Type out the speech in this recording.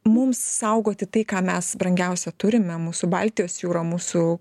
mums saugoti tai ką mes brangiausia turime mūsų baltijos jūrą mūsų